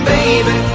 Baby